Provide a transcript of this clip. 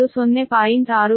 6 metre ವಾಸ್ತವವಾಗಿ ಇದು 0